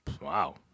Wow